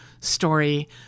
story